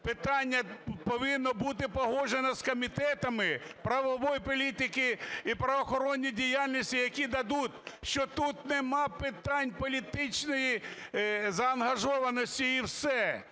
питання повинно бути погоджено з комітетами правової політики і правоохоронної діяльності, які дадуть, що тут нема питань політичної заангажованості і все.